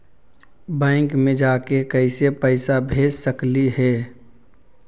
Bank मे जाके कैसे पैसा भेज सकली हे?